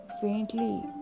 faintly